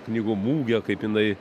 knygų mugė kaip jinai